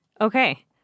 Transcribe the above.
Okay